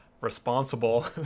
responsible